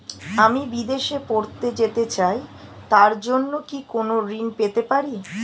আমি বিদেশে পড়তে যেতে চাই তার জন্য কি কোন ঋণ পেতে পারি?